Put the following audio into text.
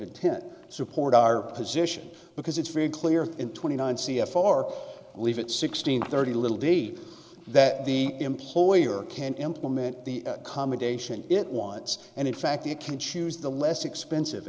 intent support our position because it's very clear in twenty nine c f r leave it sixteen thirty little d that the employer can implement the commendation it wants and in fact you can choose the less expensive